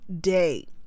day